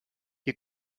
you